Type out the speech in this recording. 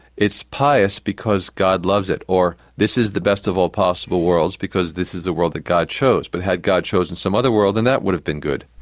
it's pious because god loves it, or this is the best of all possible worlds because this is the world that god chose, but had god chosen some other world, then that would have been good.